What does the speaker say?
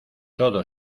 todo